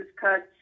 cuts